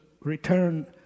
Return